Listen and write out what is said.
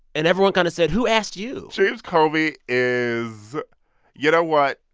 and everyone kind of said, who asked you? so james comey is you know what?